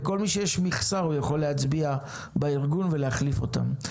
לכל מי שיש מכסה הוא יכול להצביע בארגון ולהחליף אותם.